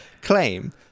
claim